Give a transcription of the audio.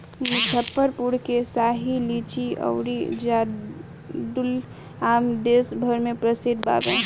मुजफ्फरपुर के शाही लीची अउरी जर्दालू आम देस भर में प्रसिद्ध बावे